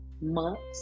months